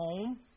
home